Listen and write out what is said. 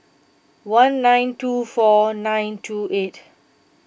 one nine two four nine two eight